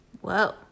Whoa